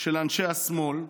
של אנשי השמאל,